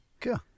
cool